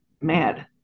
mad